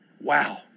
Wow